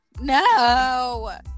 No